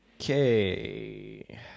Okay